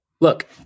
Look